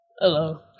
Hello